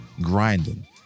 grinding